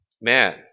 man